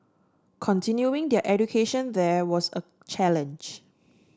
continuing their education there was a challenge